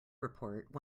report